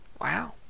Wow